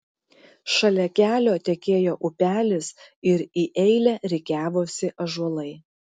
šalia kelio tekėjo upelis ir į eilę rikiavosi ąžuolai